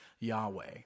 Yahweh